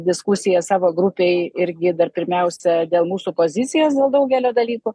diskusiją savo grupėj irgi dar pirmiausia dėl mūsų pozicijos dėl daugelio dalykų